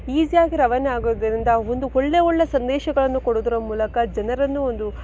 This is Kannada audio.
ಈಸಿ ಆಗಿ ರವಾನೆ ಆಗೋದರಿಂದ ಒಂದು ಒಳ್ಳೆಯ ಒಳ್ಳೆಯ ಸಂದೇಶಗಳನ್ನು ಕೊಡುವುದರ ಮೂಲಕ ಜನರನ್ನು ಒಂದು